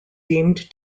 deemed